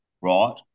right